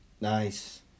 nice